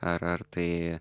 ar ar tai